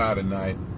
tonight